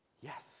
Yes